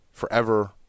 forever